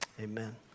amen